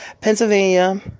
Pennsylvania